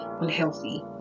unhealthy